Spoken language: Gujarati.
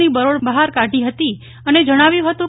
ની બરોળ બહાર કાઢી હતી એવું જણાવ્યું હતું